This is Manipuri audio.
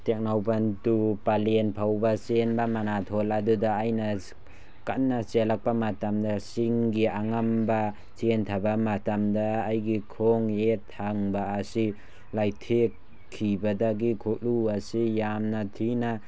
ꯇꯦꯡꯅꯧꯄꯜ ꯇꯨ ꯄꯂꯦꯜꯐꯥꯎꯕ ꯆꯦꯟꯕ ꯃꯅꯥꯊꯣꯜ ꯑꯗꯨꯗ ꯑꯩꯅ ꯀꯟꯅ ꯆꯦꯜꯂꯛꯄ ꯃꯇꯝꯗ ꯆꯤꯡꯒꯤ ꯑꯉꯝꯕ ꯆꯦꯟꯊꯕ ꯃꯇꯝꯗ ꯑꯩꯒꯤ ꯈꯣꯡ ꯌꯦꯠ ꯊꯪꯕ ꯑꯁꯤ ꯂꯩꯊꯦꯛꯈꯤꯕꯗꯒꯤ ꯈꯨꯎ ꯑꯁꯤ ꯌꯥꯝꯅ ꯊꯤꯅ